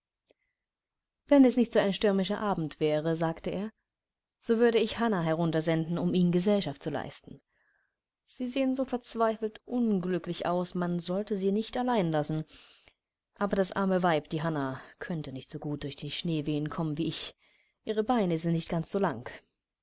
wenn es nicht ein so stürmischer abend wäre sagte er so würde ich hannah herunter senden um ihnen gesellschaft zu leisten sie sehen so verzweifelt unglücklich aus man sollte sie nicht allein lassen aber das arme weib die hannah könnte nicht so gut durch die schneewehen kommen wie ich ihre beine sind nicht ganz so lang